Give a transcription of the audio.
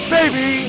Baby